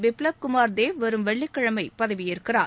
பிப்வப் குமார் தேவ் வரும் வெள்ளிக்கிழமை பதவியேற்கிறார்